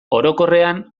orokorrean